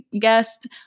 guest